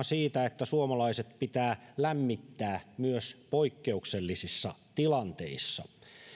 siitä että suomalaiset pitää lämmittää myös poikkeuksellisissa tilanteissa